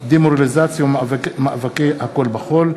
דה-דמורליזציה ומאבקי הכול בכול,